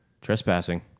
Trespassing